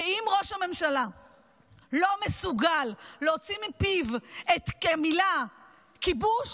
שאם ראש הממשלה לא מסוגל להוציא מפיו את המילים "כיבוש